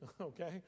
okay